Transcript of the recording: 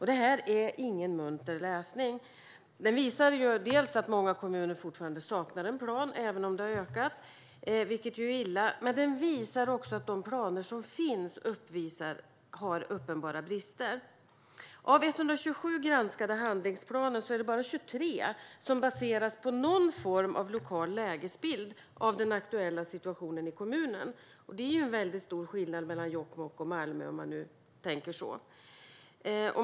Det är ingen munter läsning. Rapporten visar att även om det har skett en ökning saknar fortfarande många kommuner en plan, vilket är illa. Den visar också att de planer som finns har uppenbara brister. Av 127 granskade handlingsplaner är det bara 23 som baseras på någon form av lokal lägesbild av den aktuella situationen i kommunen. Det är ju en väldigt stor skillnad mellan Jokkmokk och Malmö, om man tänker så.